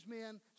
men